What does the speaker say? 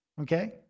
Okay